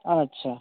अच्छा